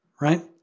right